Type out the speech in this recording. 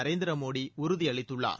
நரேந்திர மோடி உறுதியளித்துள்ளார்